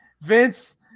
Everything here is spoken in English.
vince